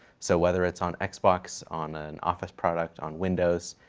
so whether it's on xbox, on an office product, on windows,